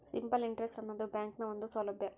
simple interest ಆನದು ಬ್ಯಾಂಕ್ನ ಒಂದು ಸೌಲಬ್ಯಾ